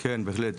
כן, בהחלט.